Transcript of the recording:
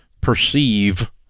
perceive